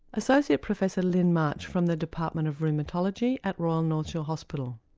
associate professor lyn march from the department of rheumatology at royal north shore hospital.